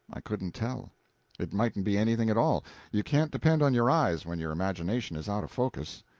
i couldn't tell it mightn't be anything at all you can't depend on your eyes when your imagination is out of focus.